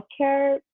healthcare